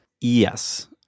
Yes